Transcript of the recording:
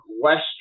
Western